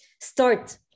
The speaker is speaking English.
start